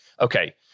okay